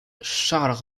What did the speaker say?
charles